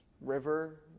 River